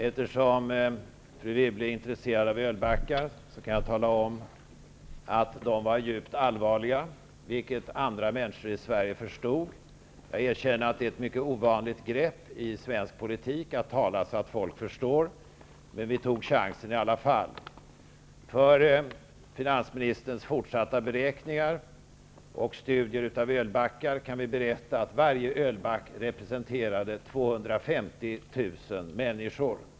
Eftersom fru Wibble är intresserad av ölbackar kan jag tala om att de var djupt allvarligt menade, vilket andra människor i Sverige förstod. Jag erkänner att det är ett mycket ovanligt grepp i svensk politik att tala så att folk förstår, men vi tog i alla fall chansen. För finansministerns fortsatta beräkningar och studier av ölbackar kan jag berätta att varje ölback representerar 250 000 människor.